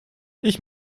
ich